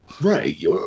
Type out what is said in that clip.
Right